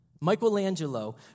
Michelangelo